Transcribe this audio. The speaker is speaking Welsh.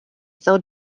ddod